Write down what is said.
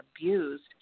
abused